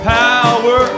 power